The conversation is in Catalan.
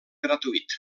gratuït